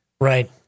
Right